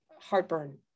heartburn